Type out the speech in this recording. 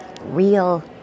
real